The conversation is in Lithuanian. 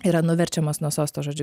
yra nuverčiamas nuo sosto žodžiu